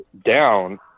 down